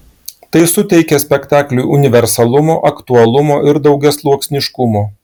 tai suteikia spektakliui universalumo aktualumo ir daugiasluoksniškumo